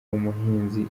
umuhinzi